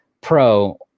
pro